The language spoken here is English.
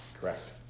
Correct